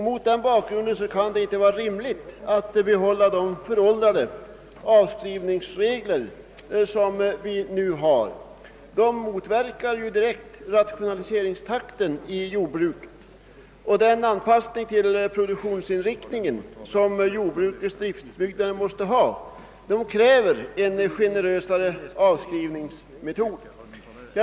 Mot den bakgrunden kan det inte vara rimligt att behålla de nuvarande föråldrade avskrivningsreglerna — de motverkar rationaliseringstakten i jordbruket. Den anpassning till produktionsinriktningen som jordbrukets driftbyggnader måste ha kräver en generösare avskrivningsmetod.